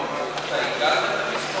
עיגלת את המספרים?